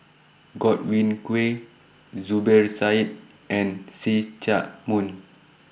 Godwin Koay Zubir Said and See Chak Mun